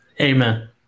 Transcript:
Amen